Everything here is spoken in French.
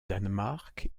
danemark